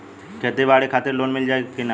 खेती बाडी के खातिर लोन मिल जाई किना?